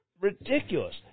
ridiculous